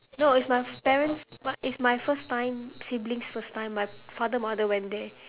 no it's my parents my it's my first time siblings' first time my father mother went there